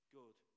good